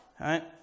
right